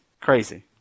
crazy